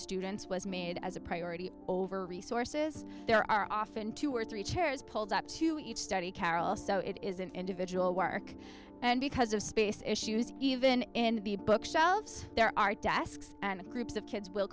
students was made as a priority over resources there are often two or three chairs pulled up to each study carol so it is an individual work and because of space issues even in the bookshelves there are tasks and groups of kids will